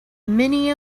many